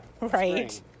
right